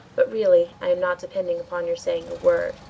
but really i am not depending upon your saying a word.